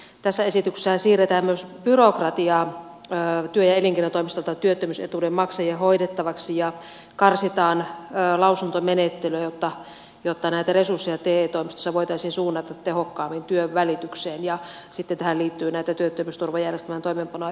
tässä esityksessähän siirretään myös byrokratiaa työ ja elinkeinotoimistoilta työttömyysetuuden maksajien hoidettavaksi ja karsitaan lausuntomenettelyä jotta näitä resursseja te toimistoissa voitaisiin suunnata tehokkaammin työnvälitykseen ja sitten tähän liittyy näitä työttömyysturvajärjestelmän toimeenpanoa yksinkertaistavia muutoksia